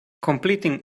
completing